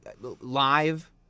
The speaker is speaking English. Live